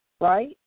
right